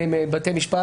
והוא מובא לדיון בבית משפט